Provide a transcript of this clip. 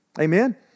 Amen